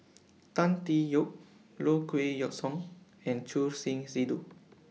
Tan Tee Yoke Low Kway Song and Choor Singh Sidhu